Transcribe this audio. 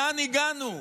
לאן הגענו,